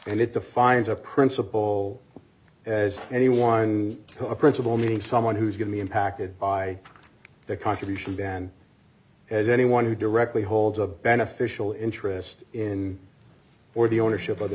and it defines a principle as anyone a principle meaning someone who's going to be impacted by the contribution ban as anyone who directly holds a beneficial interest in or the ownership of the